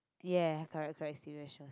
ya correct correct serious show